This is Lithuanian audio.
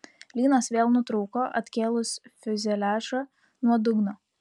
lynas vėl nutrūko atkėlus fiuzeliažą nuo dugno